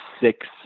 six